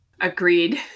Agreed